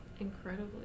Incredibly